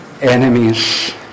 enemies